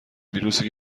ویروسی